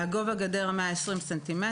גובה גדר 120 ס"מ,